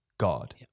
God